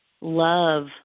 love